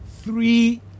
Three